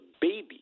baby